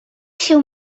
się